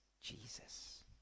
Jesus